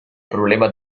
problema